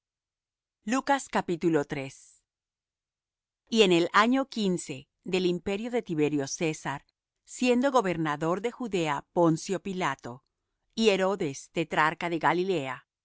y los hombres y en el año quince del imperio de tiberio césar siendo gobernador de judea poncio pilato y herodes tetrarca de galilea